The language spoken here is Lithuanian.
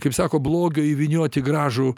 kaip sako blogio įvyniot į gražų